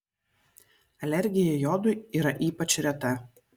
alergija jodui yra ypač reta